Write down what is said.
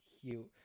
cute